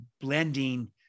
blending